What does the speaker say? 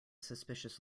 suspicious